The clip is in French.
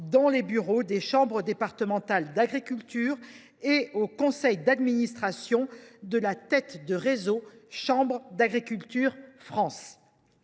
dans les bureaux des chambres départementales d’agriculture et au conseil d’administration de la tête de réseau Chambres d’agriculture France.